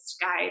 guide